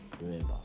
remember